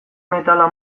metala